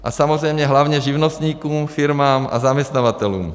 A samozřejmě hlavně živnostníkům, firmám a zaměstnavatelům.